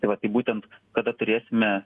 tai va tai būtent kada turėsime